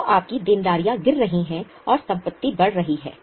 तो आपकी देनदारियां गिर रही हैं और संपत्ति बढ़ रही है